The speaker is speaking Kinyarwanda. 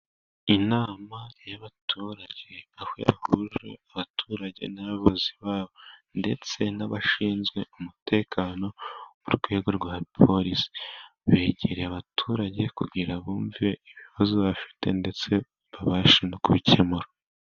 Inama y'abaturage aho yahuje abaturage n'abayobozi babo ndetse n'abashinzwe umutekano mu rwego rwa polisi. Begereye abaturage kugira ngo bumve ibibazo bafite ndetse babashe no kubikemura.